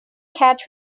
catch